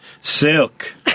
Silk